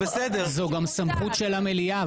זו גם סמכות של המליאה.